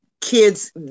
kids